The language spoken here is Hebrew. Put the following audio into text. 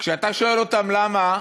כשאתה שואל אותם למה,